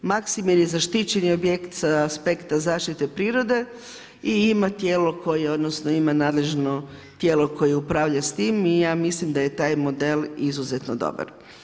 Maksimir je zaštićeni objekt sa aspekta zaštite prirode i ima tijelo koje ima nadležno tijelo koje upravlja s tim i ja mislim da je taj model izuzetno dobar.